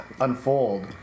unfold